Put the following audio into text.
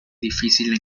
difícil